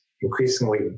increasingly